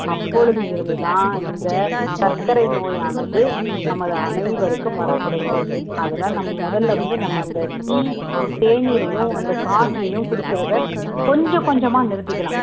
அப்பொழுது இருந்துதான் இந்த சர்க்கரை நோயானது நமது அனைவருக்கும் வரத்தொடங்கியது அதனால் நம்ம முதல்ல வந்து நம்ம அந்த டீ தேநீரையும் அந்த காஃபியையும் குடிக்கிறதை கொஞ்சம் கொஞ்சமாக நிறுத்திக்கலாம்